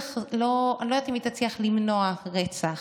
אני לא יודעת אם היא תצליח למנוע רצח,